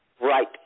Right